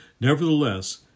Nevertheless